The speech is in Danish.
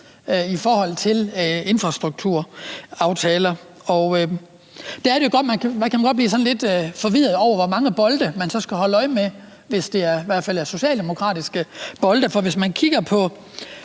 i forhold til infrastrukturaftaler. Der er det jo, at man godt kan blive sådan lidt forvirret over, hvor mange bolde man så skal holde øje med, i hvert fald hvis det er socialdemokratiske bolde. For hvis man kigger på